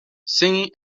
singing